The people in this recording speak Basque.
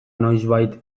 noizbait